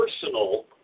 personal